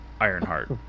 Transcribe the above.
Ironheart